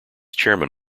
chairman